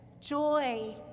joy